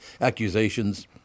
accusations